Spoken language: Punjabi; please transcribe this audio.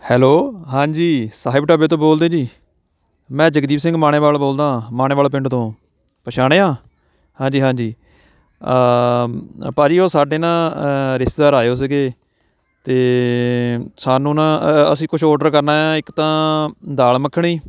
ਹੈਲੋ ਹਾਂਜੀ ਸਾਹਿਬ ਢਾਬੇ ਤੋਂ ਬੋਲਦੇ ਜੀ ਮੈਂ ਜਗਦੀਪ ਸਿੰਘ ਮਾਣੇਵਾਲ ਬੋਲਦਾ ਮਾਣੇਵਾਲ ਪਿੰਡ ਤੋਂ ਪਛਾਣਿਆ ਹਾਂਜੀ ਹਾਂਜੀ ਭਾਜੀ ਉਹ ਸਾਡੇ ਨਾ ਰਿਸ਼ਤੇਦਾਰ ਆਏ ਓ ਸੀਗੇ ਅਤੇ ਸਾਨੂੰ ਨਾ ਅ ਅਸੀਂ ਕੁਛ ਔਰਡਰ ਕਰਨਾ ਆ ਇੱਕ ਤਾਂ ਦਾਲ ਮੱਖਣੀ